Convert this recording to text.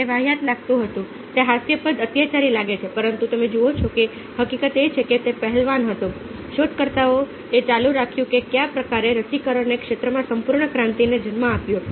તે વાહિયાત લાગતું હતું તે હાસ્યાસ્પદ અત્યાચારી લાગે છે પરંતુ તમે જુઓ છો કે હકીકત એ છે કે તે પહેલવાન હતો શોધકર્તાએ ચાલુ રાખ્યું કે કયા પ્રકારે રસીકરણના ક્ષેત્રમાં સંપૂર્ણ ક્રાંતિને જન્મ આપ્યો